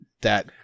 that-